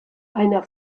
einer